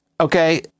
Okay